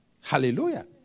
Hallelujah